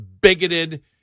bigoted